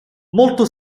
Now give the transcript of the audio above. molto